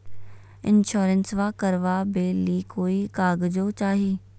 इंसोरेंसबा करबा बे ली कोई कागजों चाही?